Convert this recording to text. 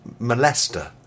molester